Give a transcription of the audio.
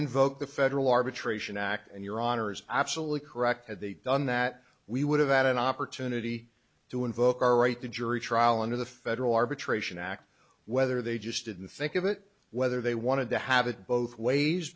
invoke the federal arbitration act and your honour's absolutely correct had they done that we would have had an opportunity to invoke our right the jury trial under the federal arbitration act whether they just didn't think of it whether they wanted to have it both ways